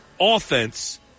offense